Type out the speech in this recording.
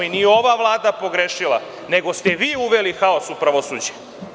Nije ova Vlada pogrešila, nego ste vi uveli haos u pravosuđe.